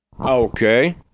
Okay